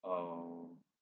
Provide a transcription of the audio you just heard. uh